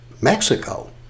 Mexico